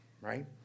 right